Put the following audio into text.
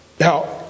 Now